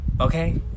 Okay